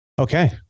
okay